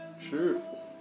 Sure